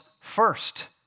first